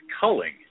culling